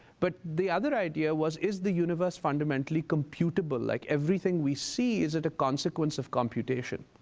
but the other idea was, is the universe fundamentally computable? like everything we see, is it a consequence of computation?